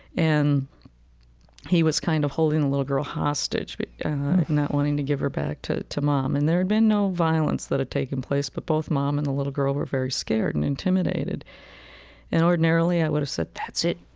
and he was kind of holding the little girl hostage but not wanting to give her back to to mom. and there had been no violence that had taken place, but both mom and the little girl were very scared and intimidated and ordinarily i would have said, that's it,